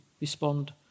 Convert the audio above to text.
respond